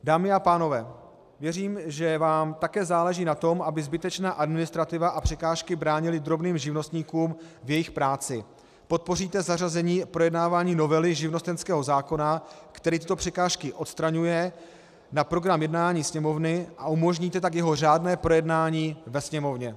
Dámy a pánové, věřím, že vám také záleží na tom, aby zbytečná administrativa a překážky bránily drobným živnostníkům v jejich práci, podpoříte zařazení projednávání novely živnostenského zákona, který tyto překážky odstraňuje, na program jednání Sněmovny, a umožníte tak jeho řádné projednání ve Sněmovně.